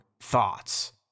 thoughts